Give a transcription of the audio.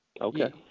Okay